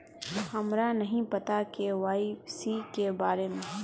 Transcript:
हमरा नहीं पता के.वाई.सी के बारे में?